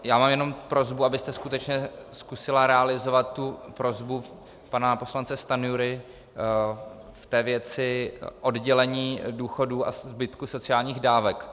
Mám jenom prosbu, abyste skutečně zkusila realizovat prosbu pana poslance Stanjury v té věci oddělení důchodů a zbytku sociálních dávek.